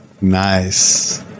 nice